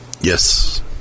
Yes